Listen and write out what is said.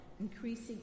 increasing